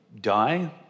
die